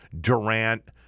Durant